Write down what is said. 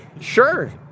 Sure